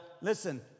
Listen